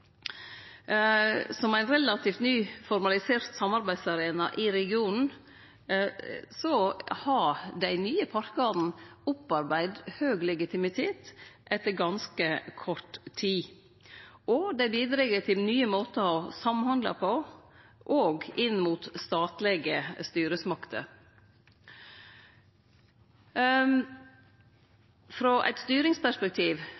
Som ein relativt ny formalisert samarbeidsarena i regionen har dei nye parkane opparbeidd høg legitimitet etter ganske kort tid, og det bidreg til nye måtar å samhandle på, òg inn mot statlege styresmakter.